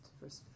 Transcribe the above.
first